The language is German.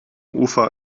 ufer